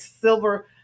silver